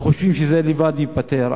וחושבים שזה ייפתר לבד.